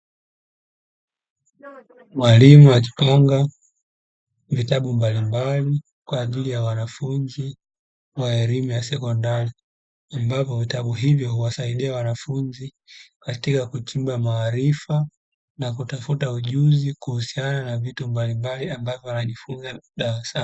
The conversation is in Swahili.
Mwalimu akipanga vitabu mbalimbali kwa ajili ya wanafunzi wa elimu ya sekondari, ambapo vitabu hivyo huwasaidia wanafunzi katika kuchimba maarifa na kutafuta ujuzi kuhusiana na vitu mbalimbali ambavyo wanajifunza darasani.